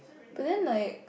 but then like